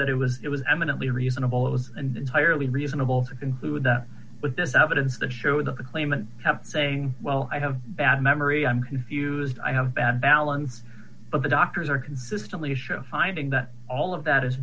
that it was it was eminently reasonable it was an entirely reasonable to conclude that with this evidence to show that the claimant have saying well i have bad memory i'm confused i have bad balance but the doctors are consistently show finding that all of that